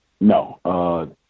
no